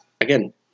Again